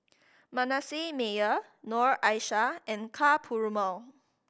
Manasseh Meyer Noor Aishah and Ka Perumal